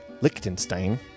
Liechtenstein